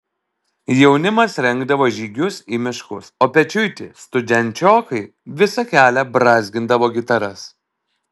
jaunimas rengdavo žygius į miškus o pečiuiti studenčiokai visą kelią brązgindavo gitaras